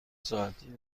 ساعتی